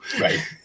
right